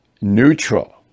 neutral